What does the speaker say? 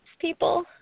people